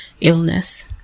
illness